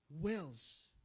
wills